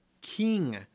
king